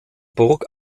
burg